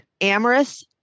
amorous